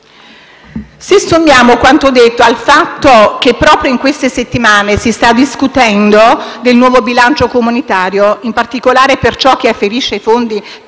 Se sommiamo quanto detto al fatto che proprio in queste settimane si sta discutendo del nuovo bilancio comunitario, in particolare per ciò che afferisce ai fondi